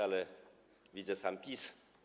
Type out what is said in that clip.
Ale widzę sam PiS.